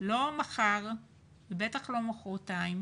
לא מחר ובטח לא מוחרתיים